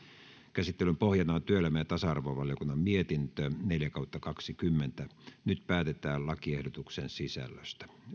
käsittelyn pohjana on työelämä ja tasa arvovaliokunnan mietintö neljä nyt päätetään lakiehdotuksen sisällöstä